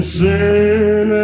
sin